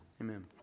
amen